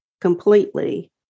completely